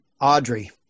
Audrey